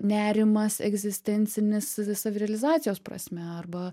nerimas egzistencinis savirealizacijos prasme arba